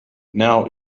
now